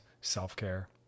self-care